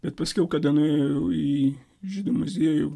bet paskiau kada nuėjo jau į žydų muziejų